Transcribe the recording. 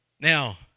Now